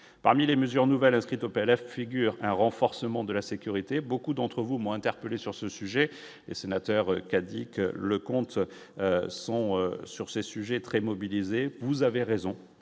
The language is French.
parmi les mesures nouvelles inscrite au PLF figurent un renforcement de la sécurité, beaucoup d'entre vous, moi, interpellé sur ce sujet et sénateur qui a dit que le compte sont sur ces sujets très mobilisés, vous avez raison,